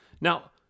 Now